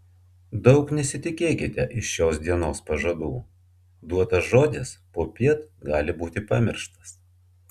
daug nesitikėkite iš šios dienos pažadų duotas žodis popiet gali būti pamirštas